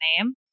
name